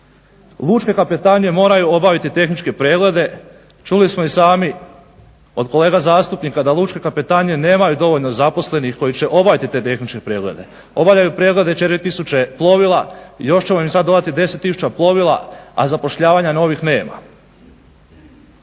lučke kapetanije moraju obaviti tehničke preglede. Čuli smo i sami od kolega zastupnika da lučke kapetanije nemaju dovoljno zaposlenih koji će obaviti te tehničke preglede. Obavljaju preglede 4000 plovila. Još ćemo im sad dodati 10000 plovila, a zapošljavanja novih nema.